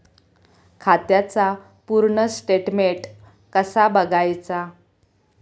खात्याचा पूर्ण स्टेटमेट कसा बगायचा?